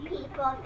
People